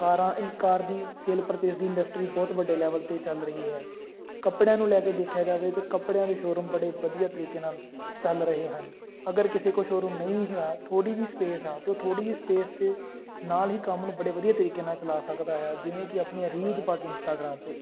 ਕਾਰਾਂ ਕਾਰ ਦੀ sale purchase ਦੀ ਇੰਡਸਟਰੀ ਬਹੁਤ ਵੱਡੇ ਲੈਵਲ 'ਤੇ ਚੱਲ ਰਹੀ ਹੈ ਕੱਪੜਿਆਂ ਨੂੰ ਲੈ ਕੇ ਦੇਖਿਆ ਜਾਵੇ ਤਾਂ ਕੱਪੜਿਆਂ ਦੇ ਸ਼ੋਅਰੂਮ ਬੜੇ ਵਧੀਆ ਤਰੀਕੇ ਨਾਲ ਚੱਲ ਰਹੇ ਹਨ ਅਗਰ ਕਿਸੇ ਕੋਲ ਸ਼ੋਅਰੂਮ ਨਹੀਂ ਵੀ ਹੈਗਾ ਥੋੜ੍ਹੀ ਜੀ ਸਪੇਸ ਆ ਤਾਂ ਉਹ ਥੋੜ੍ਹੀ ਜੀ ਸਪੇਸ ਦੇ ਨਾਲ ਹੀ ਕੰਮ ਨੂੰ ਬੜੇ ਵਧੀਆ ਤਰੀਕੇ ਨਾਲ ਚਲਾ ਸਕਦਾ ਹੈ ਜਿਵੇਂ ਕਿ ਆਪਣੀਆਂ ਰੀਲਸ ਪਾ ਕੇ ਇੰਸਟਾਗ੍ਰਾਮ 'ਤੇ